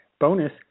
bonus